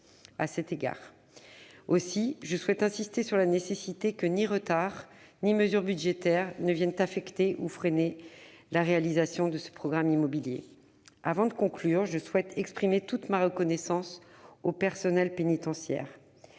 concrets. Aussi, je souhaite insister sur la nécessité de ne voir ni retard ni mesures budgétaires affecter ou freiner la réalisation de ce programme immobilier. Avant de conclure, je souhaite exprimer toute ma reconnaissance aux personnels pénitentiaires.